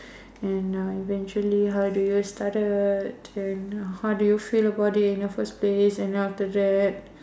and uh eventually how do you started then how do you feel about it in the first place and then after that